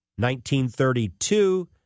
1932